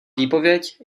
výpověď